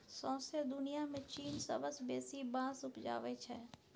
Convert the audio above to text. सौंसे दुनियाँ मे चीन सबसँ बेसी बाँस उपजाबै छै